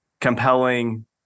compelling